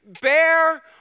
Bear